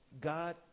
God